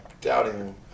doubting